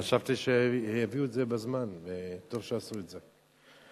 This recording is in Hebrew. חשבתי שיביאו את זה בזמן וטוב שעשו את זה.